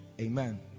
Amen